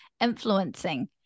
influencing